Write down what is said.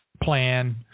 plan